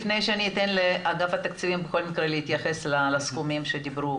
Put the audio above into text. בואו נשמע את גדי לפני שניתן לאגף התקציבים להתייחס לסכומים שדיברו